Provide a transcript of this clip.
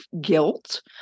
guilt